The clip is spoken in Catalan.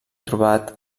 trobat